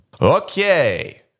Okay